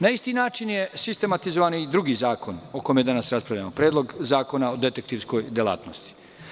Na isti način je sistematizovan i drugi zakona o kome danas raspravljamo, Predlog zakona o detektivskoj delatnosti.